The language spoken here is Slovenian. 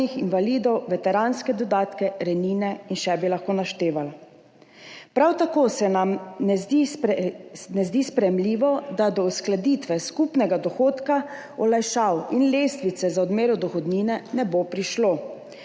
invalidov, veteranske dodatke, rejnine in še bi lahko naštevala. Prav tako se nam ne zdi sprejemljivo, da ne bo prišlo do uskladitve skupnega dohodka olajšav in lestvice za odmero dohodnine. To vodi do